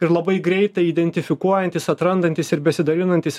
ir labai greitai identifikuojantys atrandantys ir besidalinantys